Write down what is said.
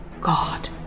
God